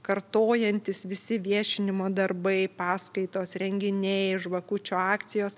kartojantys visi viešinimo darbai paskaitos renginiai žvakučių akcijos